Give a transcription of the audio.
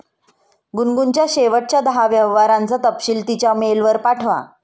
गुनगुनच्या शेवटच्या दहा व्यवहारांचा तपशील तिच्या मेलवर पाठवा